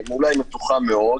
אולי מתוחה מאוד,